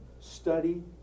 study